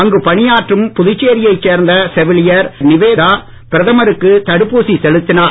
அங்கு பணியாற்றும் புதுச்சேரியை சேர்ந்த செவிலியர் நிவேதா பிரதமருக்கு தடுப்பூசி செலுத்தினார்